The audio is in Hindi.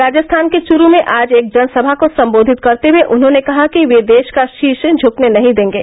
राजस्थान के चुरू में आज एक जनसभा को सम्बोधित करते हुए उन्होंने कहा कि वे देश का शीश झुकने नहीं देंगे